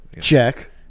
check